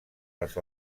les